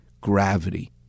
gravity